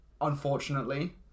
Unfortunately